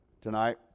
tonight